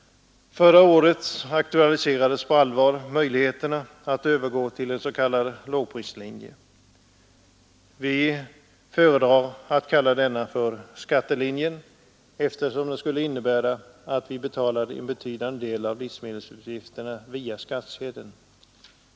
Förra året aktualiserades på allvar möjligheterna att övergå till en s.k. lågprislinje. Vi föredrar att kalla den för skattelinjen, eftersom den skulle innebära att vi betalade en betydande del av livsmedelsutgifterna via skattsedeln.